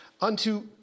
Unto